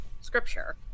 scripture